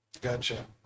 gotcha